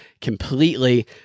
completely